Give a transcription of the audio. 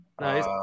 Nice